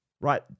Right